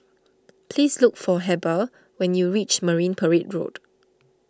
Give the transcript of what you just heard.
please look for Heber when you reach Marine Parade Road